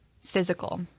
physical